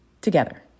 Together